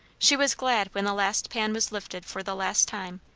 she was glad when the last pan was lifted for the last time,